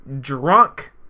drunk